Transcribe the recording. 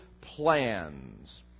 plans